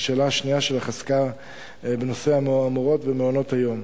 השאלה השנייה שלך עסקה בנושא המורות ומעונות-היום.